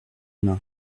main